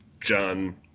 John